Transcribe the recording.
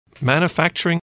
Manufacturing